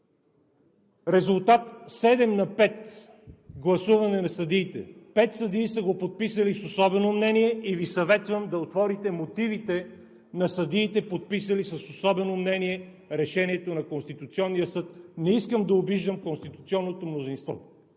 резултат седем на пет гласуване на съдиите. Пет съдии са го подписали с „особено мнение“ и Ви съветвам да отворите мотивите на съдиите, подписали с „особено мнение“ решението на Конституционния съд. Не искам да обиждам конституционното мнозинство